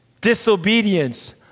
disobedience